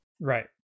Right